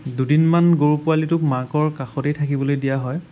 দুদিনমান গৰু পোৱালিটোক মাকৰ কাষতেই থাকিবলৈ দিয়া হয়